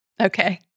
Okay